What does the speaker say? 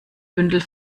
bündel